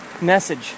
message